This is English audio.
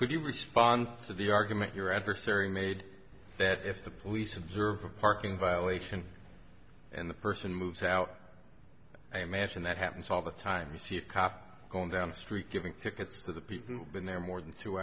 could you respond to the argument your adversary made that if the police observe a parking violation and the person moved out i imagine that happens all the time you see a cop going down the street giving tickets to the people who've been there more than two